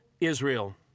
Israel